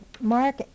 mark